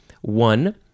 One